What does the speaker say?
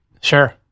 Sure